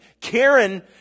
Karen